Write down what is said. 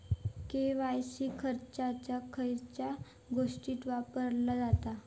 KYC खयच्या खयच्या गोष्टीत वापरला जाता?